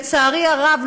לצערי הרב,